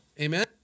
Amen